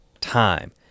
time